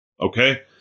Okay